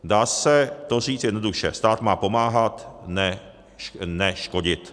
Dá se to říct jednoduše: stát má pomáhat, ne škodit.